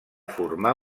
formar